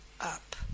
up